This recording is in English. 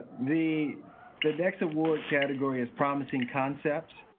the the next award category is promising concepts,